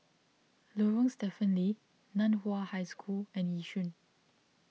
Lorong Stephen Lee Nan Hua High School and Yishun